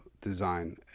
design